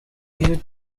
iyo